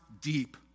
deep